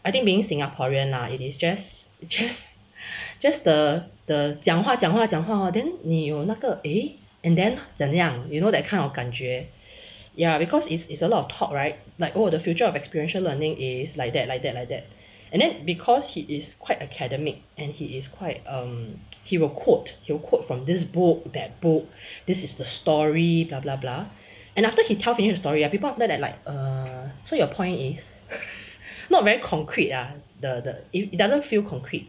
I think being singaporean lah it is just just just the 的讲话讲话讲话 then 你有那个 eh and then 怎样 you know that kind of 感觉 ya because it's it's a lot of talk right like oh the future of experiential learning is like that like that like that and then because he is quite academic and he is quite er he will quote he will quote from this book that book this is the story blah blah blah and then after he tell finish the story ah people after that like err so your point is not very concrete ah the the it doesn't feel concrete